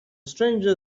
stranger